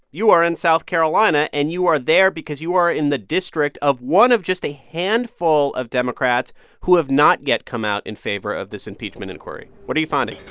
you are in south carolina, and you are there because you are in the district of one of just a handful of democrats who have not yet come out in favor of this impeachment inquiry. what are you finding?